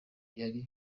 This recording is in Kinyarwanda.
yari